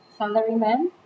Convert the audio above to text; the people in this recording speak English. Salaryman